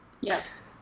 Yes